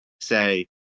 say